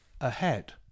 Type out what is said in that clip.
ahead